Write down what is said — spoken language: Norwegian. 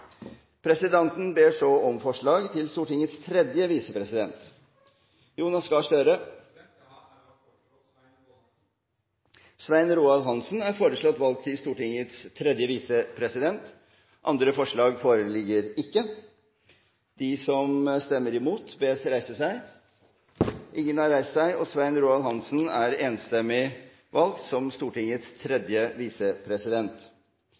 Presidenten ber så om forslag på Stortingets tredje visepresident. Jeg har æren av å foreslå Svein Roald Hansen. Svein Roald Hansen er foreslått valgt til Stortingets tredje visepresident. – Andre forslag foreligger ikke. Presidenten ber så om forslag på Stortingets fjerde visepresident. Jeg har gleden av å foreslå Ingjerd Schou. Ingjerd Schou er foreslått valgt til Stortingets